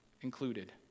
included